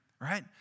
right